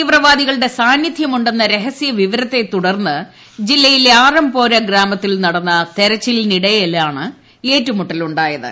തീവ്രവാട്ടികളുടെ സാന്നിധ്യം ഉണ്ടെന്ന രഹസ്യ വിവരത്തെ തുടർന്ന് ജില്ലയിലെ ആറംപോര ഗ്രാമത്തിൽ നടന്ന തെരച്ചിലിനിടെയാണ് ഏറ്റുമുട്ടലുണ്ടായത്